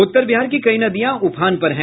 उत्तर बिहार की कई नदियां उफान पर हैं